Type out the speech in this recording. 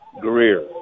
Greer